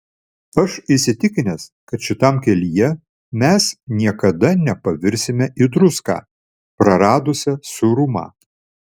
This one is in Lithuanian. aš įsitikinęs kad šitam kelyje mes niekada nepavirsime į druską praradusią sūrumą